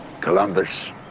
Columbus